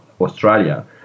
Australia